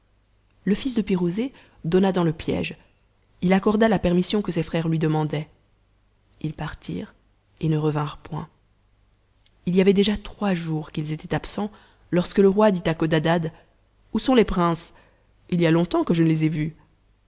le fils de pirouzé donna dans le piège il accorda la permission que ses frères lui demandaient ils partirent et ne fevinrent point il y avait déjà trois jours qu'ils étaient absents lorsque le roi dit à codadad où sont les princes il y a longtemps que je ne les ai vus